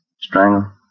Strangle